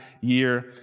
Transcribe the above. year